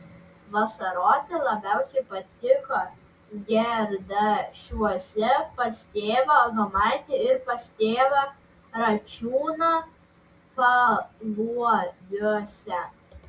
vasaroti labiausiai patiko gerdašiuose pas tėvą adomaitį ir pas tėvą račiūną paluobiuose